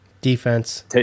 Defense